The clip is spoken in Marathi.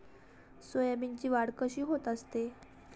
सोयाबीनची वाढ कशी होत असते?